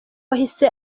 wahise